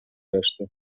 reszty